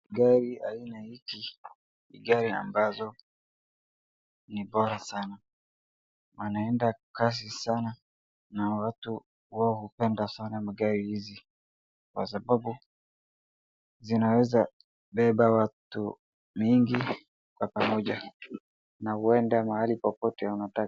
Gari aina hiki, ni gari ambazo ni bora sana, inaenda kasi sana na watu wao hupenda sana magari hizi, kwa sababu zinaweza beba watu wengi kwa pamoja na huenda mahali popote wanataka.